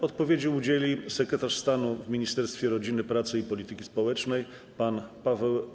Odpowiedzi udzieli sekretarz stanu w Ministerstwie Rodziny, Pracy i Polityki Społecznej pan Paweł